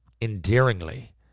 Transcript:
endearingly